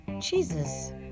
Jesus